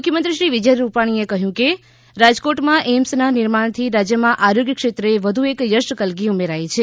મુખ્યમંત્રી શ્રી વિજય રૂપાણીએ કહ્યું છે કે રાજકોટમાં એઈમ્સના નિર્માણથી રાજ્યમાં આરોગ્ય ક્ષેત્રે વધુ એક યશક્લગી ઉમેરાઈ છે